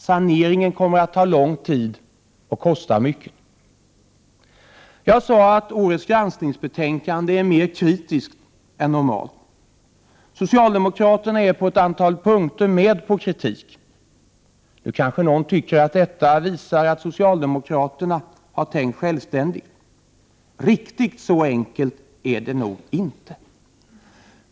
Saneringen kommer att ta lång tid och kosta mycket. Jag sade att årets granskningsbetänkande är mer kritiskt än normalt. Socialdemokraterna är på ett antal punkter med på kritik. Nu kanske någon tycker att detta ändå visar att socialdemokraterna har tänkt självständigt. Riktigt så enkelt är det nog inte.